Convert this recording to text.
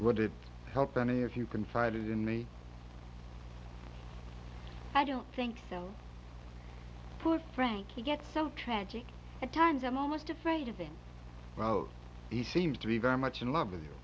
it help any if you confided in me i don't think so poor frankie gets so tragic at times i'm almost afraid of the route he seems to be very much in love with